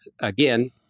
again